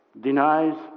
denies